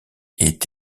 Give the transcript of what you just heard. est